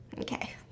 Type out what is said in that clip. okay